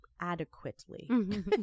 adequately